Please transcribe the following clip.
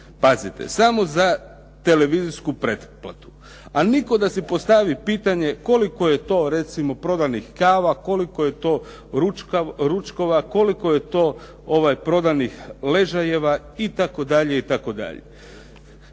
Pazite, samo na televizijsku pretplatu. A nitko da si postavi pitanje koliko je to recimo prodanih kava, koliko je to ručkova, koliko je to prodanih ležajeva itd.